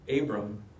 Abram